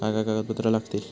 काय काय कागदपत्रा लागतील?